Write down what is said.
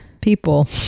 people